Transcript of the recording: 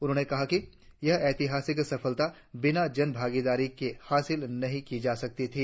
उन्होंने कहा कि यह ऐतिहासिक सफलता बिना जन भागीदारी के हासिल नहीं की जा सकती थी